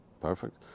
Perfect